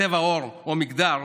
צבע עור או מגדר,